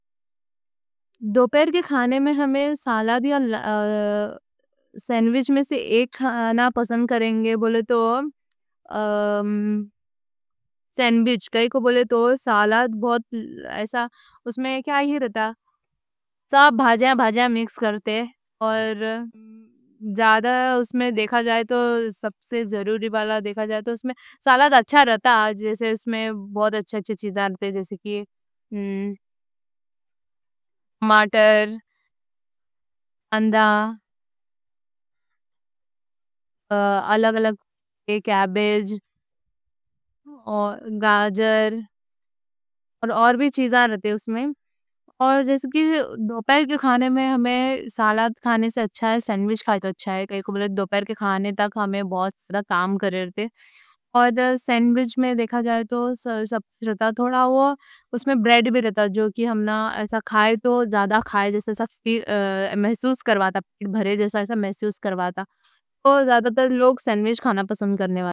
دوپہر کے کھانے میں ہمیں سالاد یا سینڈوچ میں سے ایک کھانا پسند۔ کریں گے بولے تو سینڈوچ کائیں کوں بولے تو۔ سالاد میں سب بھاجیاں بھاجیاں مکس کرتے، دیکھا جائے تو سالاد اچھا رہتا۔ جیسے اس میں بہت اچھا چیز آتے، جیسے کی مٹر، انڈہ، الگ الگ کیبج، گاجر اور اور بھی چیز آ رہتے۔ اور جیسے کی دوپہر کے کھانے میں ہمیں سالاد کھانے سے اچھا ہے، سینڈوچ کھائیں تو اچھا ہے، کائیں کوں بولے دوپہر کے کھانے تک ہمنا بہت سارا کام کر رہے رہتے۔ سینڈوچ میں دیکھا جائے تو اس میں بریڈ بھی رہتا، جو ہمنا ایسا کھائیں تو پیٹ بھرے جیسا محسوس کرواتا۔ تو زیادہ تر لوگ سینڈوچ کھانا پسند کرنے والے۔